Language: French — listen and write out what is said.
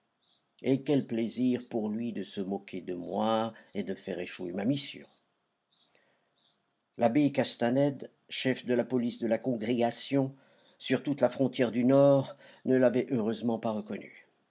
et quel plaisir pour lui de se moquer de moi et de faire échouer ma mission l'abbé castanède chef de la police de la congrégation sur toute la frontière du nord ne l'avait heureusement pas reconnu